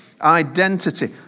Identity